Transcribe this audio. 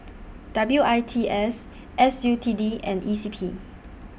W I T S S U T D and E C P